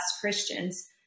Christians